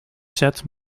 set